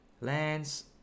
lands